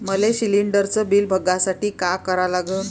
मले शिलिंडरचं बिल बघसाठी का करा लागन?